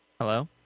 Hello